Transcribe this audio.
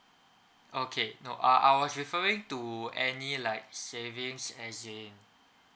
okay no uh I was referring to any like savings as in